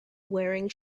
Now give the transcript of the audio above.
wearing